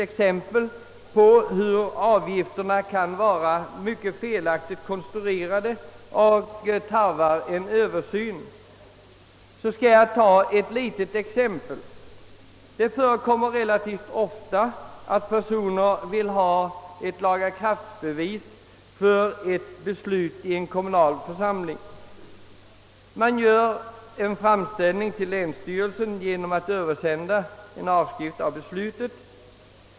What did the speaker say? För att visa att avgifterna kan vara mycket felaktigt konstruerade och tarvar en Översyn skall jag ta ett litet exempel. Det förekommer relativt ofta att personer vill ha ett lagakraftbevis för ett beslut i en kommunal församling. Man gör en framställning till länsstyrelsen och översänder en avskrift av beslutet.